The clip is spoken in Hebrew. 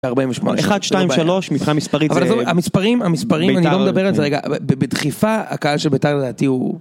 ארבעים ושמונה. אחד, שתיים, שלוש מבחינה מספרית זה... אבל עזוב את זה, המספרים, המספרים, אני לא מדבר על זה רגע, בדחיפה הקהל של ביתר לדעתי הוא.